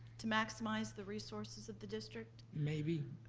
to maximize the resources of the district? maybe.